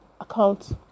account